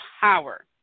power